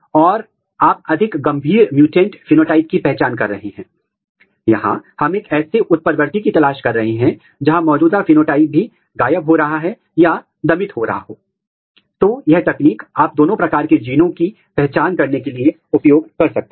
और फिर आप द्वितीयक एंटीबॉडी का उपयोग कर सकते हैं जो प्राथमिक एंटीबॉडी के खिलाफ है और फिर आप सिग्नल की कल्पना कर सकते हैं